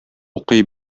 укый